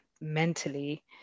mentally